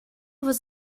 was